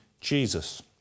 Jesus